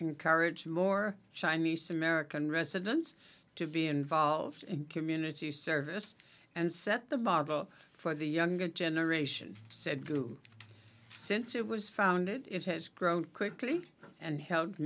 encourage more chinese american residents to be involved in community service and set the model for the younger generation said to since it was founded it has grown quickly and hel